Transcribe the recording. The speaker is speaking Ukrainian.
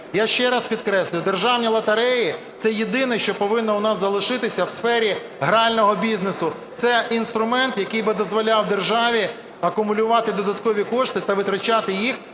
Я ще раз підкреслюю: державні лотереї – це єдине, що повинно в нас залишилися в сфері грального бізнесу, це інструмент, який би дозволяв державі акумулювати додаткові кошти та витрачати їх